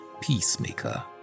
peacemaker